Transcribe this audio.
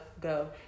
go